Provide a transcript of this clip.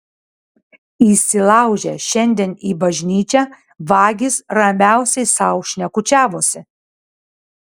įsilaužę šiandien į bažnyčią vagys ramiausiai sau šnekučiavosi